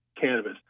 cannabis